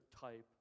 type